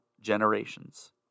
generations